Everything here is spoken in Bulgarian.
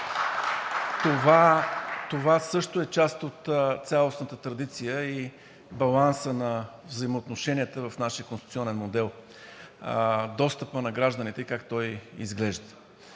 това също е част от цялостната традиция и балансът на отношенията в нашия конституционен модел – достъпът на гражданите и как той изглежда.